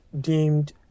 deemed